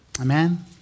Amen